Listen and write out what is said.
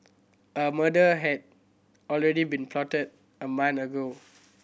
a murder had already been plotted a month ago